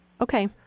Okay